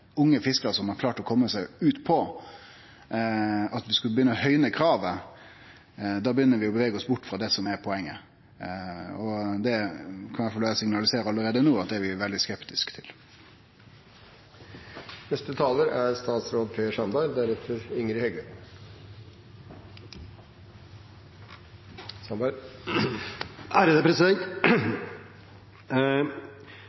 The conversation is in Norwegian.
unge fiskarar som har klart å kome seg utpå, at skulle ein begynne å høgje kravet, begynner vi å bevege oss bort frå det som er poenget. Og det kan eg i alle fall signalisere allereie no at vi er veldig skeptiske til. Her er